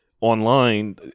online